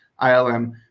ilm